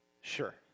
Sure